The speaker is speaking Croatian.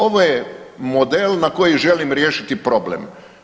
Ovo je model na koji želim riješiti problem.